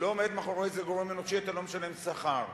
לא עומד מאחורי זה גורם אנושי, אתה לא משלם שכר.